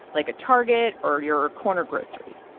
like a target or your corner grocery.